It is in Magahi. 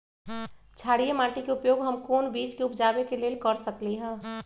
क्षारिये माटी के उपयोग हम कोन बीज के उपजाबे के लेल कर सकली ह?